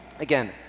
again